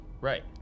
Right